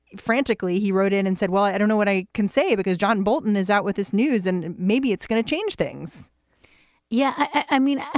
frantically, he wrote in and said, well, i don't know what i can say because john bolton is out with his news and maybe it's going to change things yeah. i mean,